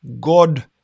God